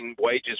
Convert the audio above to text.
wages